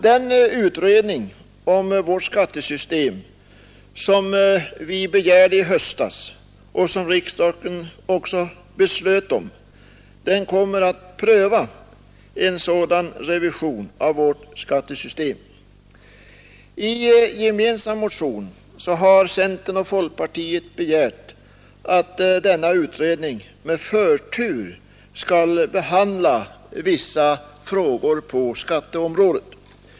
Den utredning om vårt skattesystem som vi begärde i höstas och som riksdagen också beslöt kommer att pröva en sådan revision av skattesystemet. I en gemensam motion har centern och folkpartiet begärt att denna utredning med förtur skall behandla vissa frågor på skatteområdet.